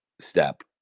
step